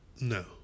No